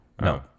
no